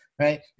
Right